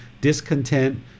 discontent